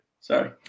Sorry